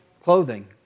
clothing